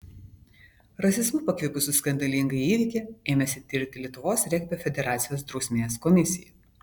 rasizmu pakvipusį skandalingą įvykį ėmėsi tirti lietuvos regbio federacijos drausmės komisija